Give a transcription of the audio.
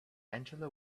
angela